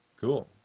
Cool